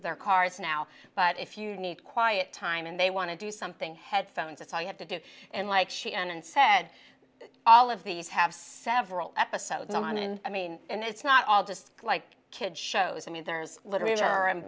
their cars now but if you need quiet time and they want to do something headphones that's all you have to do and like she and said all of these have several episodes on and i mean and it's not all just like kids shows i mean there's literature and